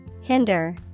Hinder